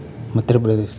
Madhya Pradesh